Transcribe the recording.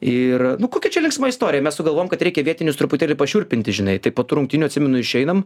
ir nu kokia čia linksma istorija mes sugalvojom kad reikia vietinius truputėlį pašiurpinti žinai taip po tų rungtynių atsimenu išeinam